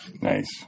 Nice